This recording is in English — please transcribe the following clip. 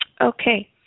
Okay